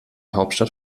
hauptstadt